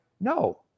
no